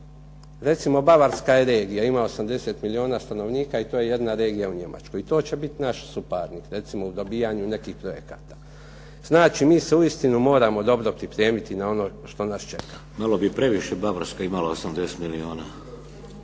Recimo Bavarska je regija. Ima 80 milijuna stanovnika i to je jedna regija u Njemačkoj i to će biti naš suparnik recimo u dobijanju nekih projekata. Znači, mi se uistinu moramo dobro pripremiti na ono što nas čeka. .../Upadica Šeks: Malo bi previše Bavarska imala 80 milijuna.